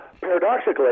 paradoxically